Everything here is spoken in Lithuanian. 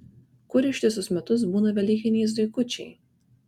kur ištisus metus būna velykiniai zuikučiai